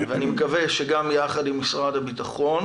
ואני מקווה שגם יחד עם משרד הביטחון,